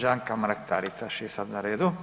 Anka Mrak-Taritaš je sad na redu.